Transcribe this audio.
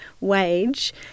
wage